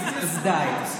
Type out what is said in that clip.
אז די.